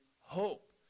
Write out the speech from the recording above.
hope